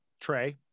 Trey